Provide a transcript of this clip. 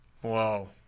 Whoa